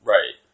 Right